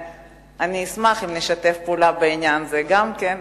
ואני אשמח אם נשתף פעולה בעניין זה גם כן.